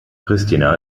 pristina